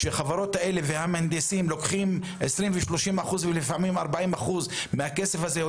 שהחברות האלה והמהנדסים לוקחים 20% ו-30% ולפעמים 40% מהכסף הזה,